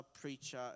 preacher